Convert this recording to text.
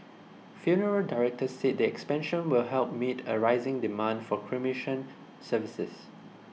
funeral directors said the expansion will help meet a rising demand for cremation services